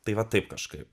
tai va taip kažkaip